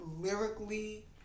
lyrically